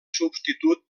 substitut